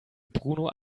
bruno